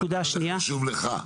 למה זה חשוב לך?